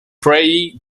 prairie